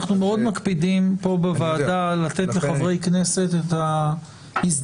אנחנו מאוד מקפידים בוועדה לתת לחברי כנסת הזדמנות